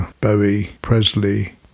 Bowie-Presley